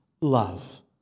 love